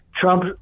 Trump